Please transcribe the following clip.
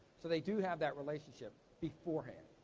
so they do have that relationship beforehand.